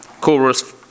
Chorus